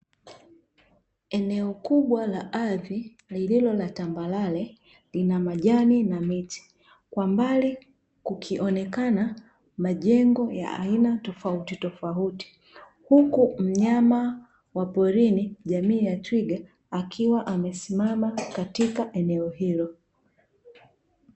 Eneo kubwa la ardhi lililo la tambarare lina majani na miti, kwa mbali kukionekana majengo ya aina tofauti tofauti. Huku mnyama wa porini jamii ya twiga akiwa amesimama katika eneo hilo.